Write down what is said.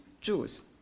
Jews